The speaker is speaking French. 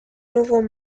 nouveaux